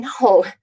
no